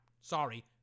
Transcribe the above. Sorry